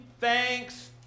thanks